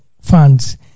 funds